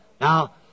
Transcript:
now